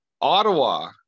Ottawa